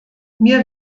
mir